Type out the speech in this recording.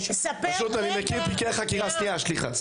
פשוט אני מכיר את תיקי החקירה --- רגע,